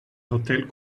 hotel